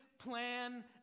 plan